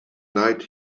night